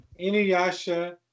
Inuyasha